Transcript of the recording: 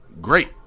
great